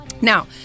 Now